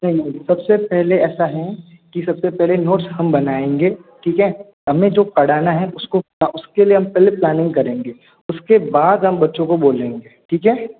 सबसे पहले ऐसा है कि सबसे पहले नोट्स हम बनायेंगे ठीक है हमें जो पढ़ाना है उसको के लिए हम प्लानिंग करेंगे उसके बाद हम बच्चों को बोलेंगे ठीक है